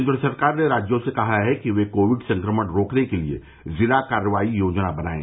केन्द्र सरकार ने राज्यों से कहा है कि ये कोविड संक्रमण रोकने के लिए जिला कार्रवाई योजना बनायें